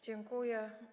Dziękuję.